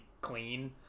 clean